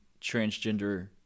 transgender